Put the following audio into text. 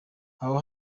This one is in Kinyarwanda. aho